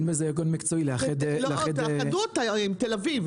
אין בזה היגיון מקצועי לאחד -- אז תאחדו אותה עם תל אביב,